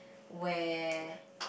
where